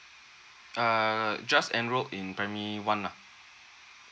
err just enrolled in primary one lah